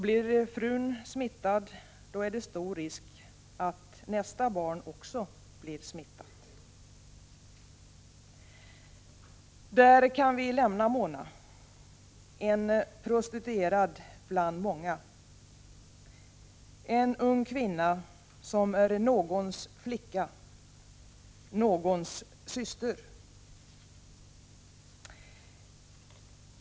Blir frun smittad då är det stor risk att deras nästa barn också blir smittat. Där lämnar vi Mona. En prostituerad bland många. En ung kvinna som är någons flicka, någons syster.